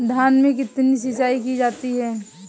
धान में कितनी सिंचाई की जाती है?